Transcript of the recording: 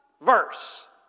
verse